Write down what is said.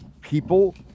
people